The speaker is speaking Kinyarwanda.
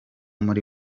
muri